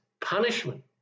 punishment